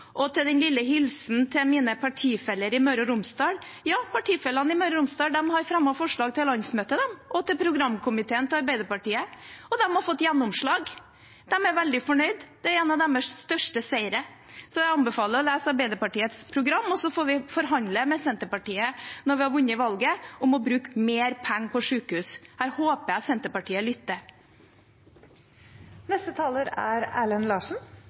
Og til den lille hilsenen til mine partifeller i Møre og Romsdal: Ja, partifellene i Møre og Romsdal har fremmet forslag til landsmøtet og til programkomiteen til Arbeiderpartiet, og de har fått gjennomslag. De er veldig fornøyde. Det er en av deres største seiere. Jeg anbefaler å lese Arbeiderpartiets program, og så får vi forhandle med Senterpartiet om å bruke mer penger på sykehus når vi har vunnet valget. Her håper jeg at Senterpartiet lytter. Representanten Erlend Larsen